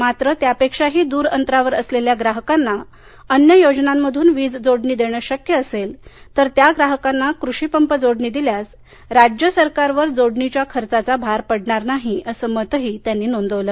मात्र त्यापेक्षाही दूर अंतरावर असलेल्या ग्राहकांना अन्य योजनांमधून वीज जोडणी देणं शक्य असेल तर त्या ग्राहकांना कृषी पंप जोडणी दिल्यास राज्य सरकारवर जोडणीच्या खर्चाचा भार पडणार नाही असं मतही त्यांनी नोंदवलं